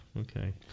Okay